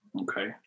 Okay